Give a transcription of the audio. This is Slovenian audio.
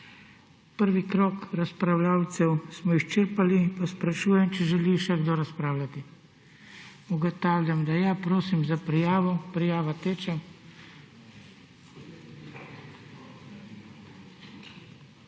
Prvi krog razpravljavcev smo izčrpali. Sprašujem, če želi še kdo razpravljati. Ugotavljam, da ja. Prosim za prijavo. Prijava teče.